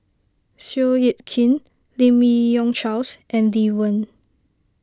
Seow Yit Kin Lim Yi Yong Charles and Lee Wen